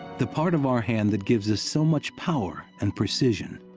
the part of our hand that gives us so much power and precision.